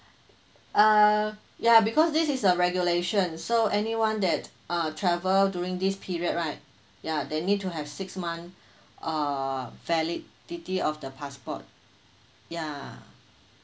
uh yeah because this is the regulation so anyone that uh travel during this period right yeah they need to have six month uh validity of the passport yeah